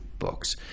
books